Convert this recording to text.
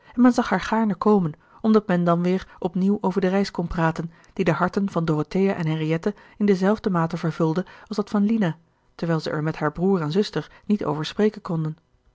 men zag haar gaarne komen omdat men dan weer op nieuw over de reis kon praten die de harten van dorothea en henriette in dezelfde mate vervulde als dat van lina terwijl zij er met haar broer en zuster niet over spreken konden